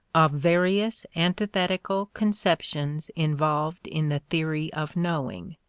of various antithetical conceptions involved in the theory of knowing.